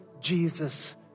Jesus